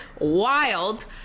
wild